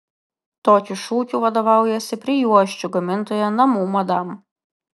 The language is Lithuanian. tokiu šūkiu vadovaujasi prijuosčių gamintoja namų madam